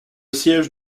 siège